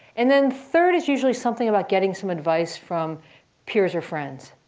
and then third is usually something about getting some advice from peers or friends.